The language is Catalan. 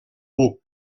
buc